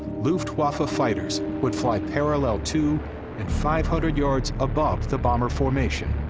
luftwaffe ah fighters would fly parallel to and five hundred yards above the bomber formation,